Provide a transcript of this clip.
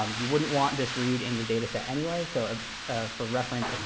um you wouldn't want this read in your data set anyway. so for reference,